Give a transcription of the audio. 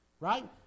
Right